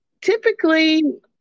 typically